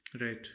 Right